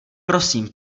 prosím